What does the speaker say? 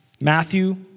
Matthew